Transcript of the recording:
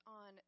on